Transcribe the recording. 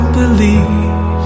believe